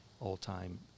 all-time